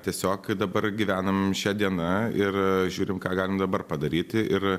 tiesiog dabar gyvenam šia diena ir žiūrim ką galim dabar padaryti ir